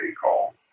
call